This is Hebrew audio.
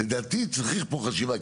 לדעתי צריך פה חשיבה,